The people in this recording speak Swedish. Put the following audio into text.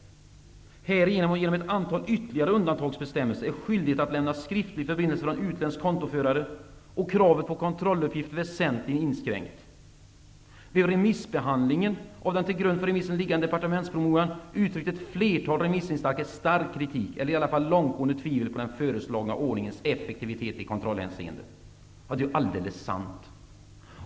Härigenom och genom ett antal ytterligare undantagsbestämmelser är skyldigheten att lämna skriftlig förbindelse från utländsk kontoförare och kravet på kontrolluppgift väsentligt inskränkt. Vid remissbehandlingen av den till grund för remissen liggande departementspromemorian uttryckte ett flertal remissinstanser stark kritik eller i allt fall långtgående tvivel på den föreslagna ordningens effektivitet i kontrollhänseende.'' Det är ju alldeles sant.